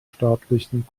staatlichen